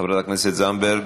חברת הכנסת זנדברג,